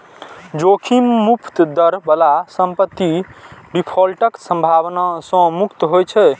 जोखिम मुक्त दर बला संपत्ति डिफॉल्टक संभावना सं मुक्त होइ छै